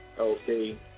Okay